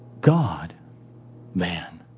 God-man